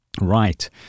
Right